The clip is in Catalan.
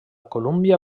colúmbia